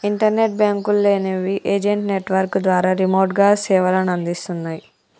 internet బ్యేంకులనేవి agent network ద్వారా రిమోట్గా సేవలనందిస్తన్నయ్